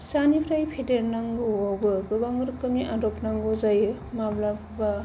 फिसानिफ्राय फेदेरनांगौआवबो गोबां रोखोमनि आदब नांगौ जायो माब्लाबा